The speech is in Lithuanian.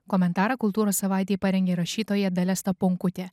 komentarą kultūros savaitei parengė rašytoja dalia staponkutė